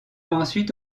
ensuite